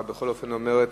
בכל זאת, השעה אומרת,